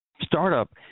startup